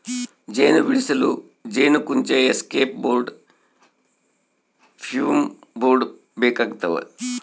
ಜೇನು ಬಿಡಿಸಲು ಜೇನುಕುಂಚ ಎಸ್ಕೇಪ್ ಬೋರ್ಡ್ ಫ್ಯೂಮ್ ಬೋರ್ಡ್ ಬೇಕಾಗ್ತವ